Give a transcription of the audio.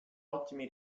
ottimi